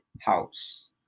house